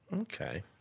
Okay